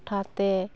ᱴᱚᱴᱷᱟᱛᱮ